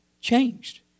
changed